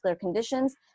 conditions